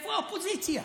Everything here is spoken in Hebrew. איפה האופוזיציה?